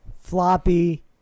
floppy